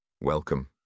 Welcome